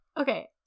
okay